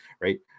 right